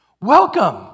Welcome